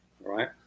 Right